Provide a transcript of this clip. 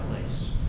place